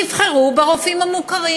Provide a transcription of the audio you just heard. יבחרו ברופאים המוכרים.